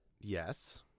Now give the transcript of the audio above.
Yes